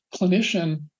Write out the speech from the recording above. clinician